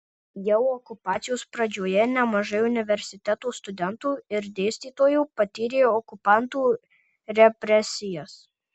jau okupacijos pradžioje nemažai universiteto studentų ir dėstytojų patyrė okupantų represijas